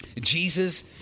Jesus